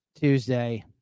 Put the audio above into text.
Tuesday